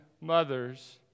mothers